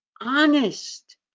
honest